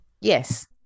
Yes